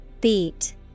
Beat